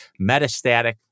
metastatic